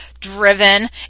driven